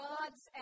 God's